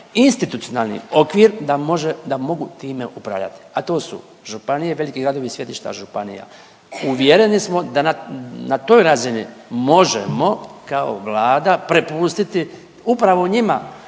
institucionalni okvir da može, da mogu time upravljati. A to su županije i veliki gradovi, sjedišta županija. Uvjereni smo da na toj razini možemo kao Vlada prepustiti upravo njima